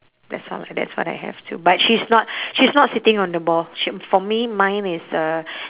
that sound like that's what I have too but she's not she's not sitting on the ball sh~ for me mine is uh